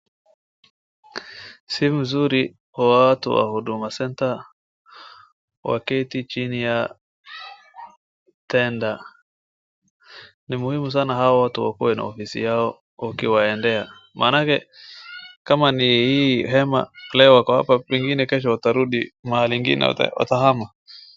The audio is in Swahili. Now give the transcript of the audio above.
Si mzuri kwa watu wa Huduma Centre waketi chini ya tender . Ni muhimu sana hao watu wakuwe na ofisi yao ukiwaendea. Maanake kama ni hii hema leo wako hapa pengine kesho watarudi mahali ingine watahama.